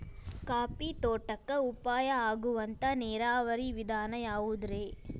Coffee ತೋಟಕ್ಕ ಉಪಾಯ ಆಗುವಂತ ನೇರಾವರಿ ವಿಧಾನ ಯಾವುದ್ರೇ?